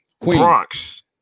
Bronx